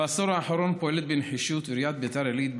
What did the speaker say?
בעשור האחרון פועלת בנחישות עיריית ביתר עילית,